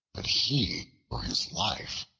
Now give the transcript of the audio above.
but he for his life.